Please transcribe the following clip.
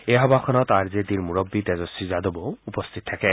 এই সভাখনত R J ডিৰ মুৰববী তেজস্বী যাদৱো উপস্থিত থাকে